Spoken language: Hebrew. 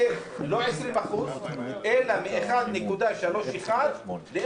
20% אלא הפחתה מ-1.31 ל-0.8.